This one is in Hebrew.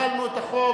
החלנו את החוק